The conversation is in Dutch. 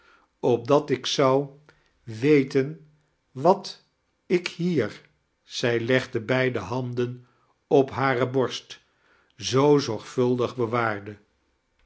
opdat ik zou weten wat ik hier zij legde beide handen op hare borst zoo zorgvuldig bewaarde